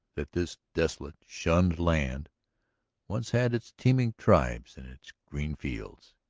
that this desolate, shunned land once had its teeming tribes and its green fields.